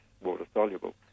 water-soluble